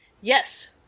Yes